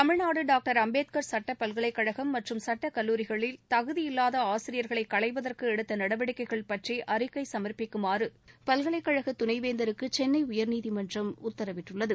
Tamil Nadu doctor Ambedkar சட்டப் பல்கலைக்கழகம் மற்றும் சட்டக் கல்லூரிகளில் தகுதியில்லாத ஆசிரியர்களை களைவதற்கு எடுத்த நடவடிக்கைகள் பற்றி அழிக்கை சமர்ப்பிக்குமாறு பல்கலைக்கழக துணை வேந்தருக்கு சென்னை உயர்நீதிமன்றம் உத்தரவிட்டுள்ளது